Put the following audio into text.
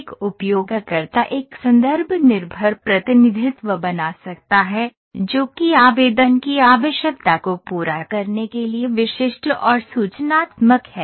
एक उपयोगकर्ता एक संदर्भ निर्भर प्रतिनिधित्व बना सकता है जो कि आवेदन की आवश्यकता को पूरा करने के लिए विशिष्ट और सूचनात्मक है